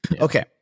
Okay